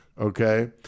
Okay